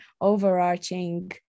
overarching